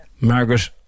Margaret